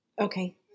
okay